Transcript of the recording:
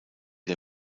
der